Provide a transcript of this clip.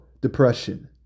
depression